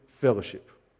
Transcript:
fellowship